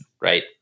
Right